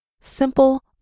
simple